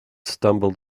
stumbled